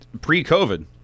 pre-COVID